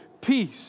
peace